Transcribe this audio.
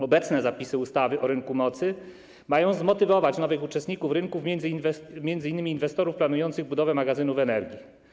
Obecne zapisy ustawy o rynku mocy mają zmotywować nowych uczestników rynku, m.in. inwestorów planujących budowę magazynów energii.